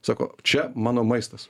sako čia mano maistas